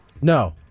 No